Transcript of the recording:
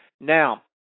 Now